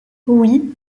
oui